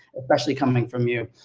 especially coming from you.